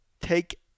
take